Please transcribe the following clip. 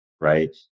right